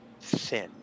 thin